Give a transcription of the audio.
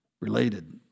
related